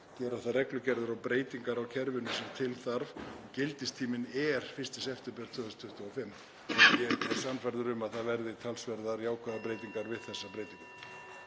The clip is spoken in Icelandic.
gera þær reglugerðir og breytingar á kerfinu sem til þarf. Gildistíminn er 1. september 2025. Ég er sannfærður um að það verði talsverðar jákvæðar breytingar við þessa breytingu.